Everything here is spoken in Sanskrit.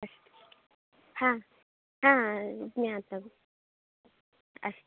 अस्तु हा हा ज्ञातम् अस्तु